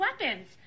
weapons